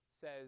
says